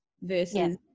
versus